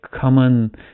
common